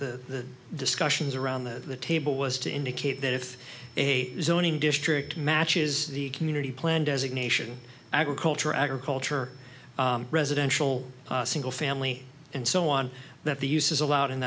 the discussions around the table was to indicate that if a zoning district matches the community plan designation agriculture agriculture residential single family and so on that the use is allowed